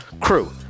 crew